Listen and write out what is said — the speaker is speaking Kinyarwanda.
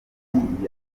nkongi